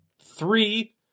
three